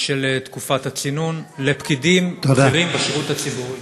של תקופת הצינון לפקידים בכירים בשירות הציבורי?